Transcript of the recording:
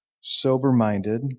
sober-minded